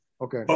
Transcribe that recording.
Okay